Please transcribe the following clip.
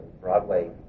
Broadway